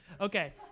okay